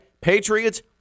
Patriots